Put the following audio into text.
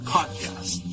Podcast